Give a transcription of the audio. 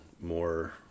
more